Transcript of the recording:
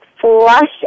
flush